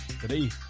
Today